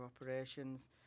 operations